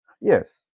yes